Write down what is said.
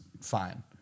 fine